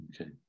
Okay